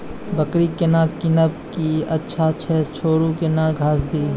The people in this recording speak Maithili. बकरी केना कीनब केअचछ छ औरू के न घास दी?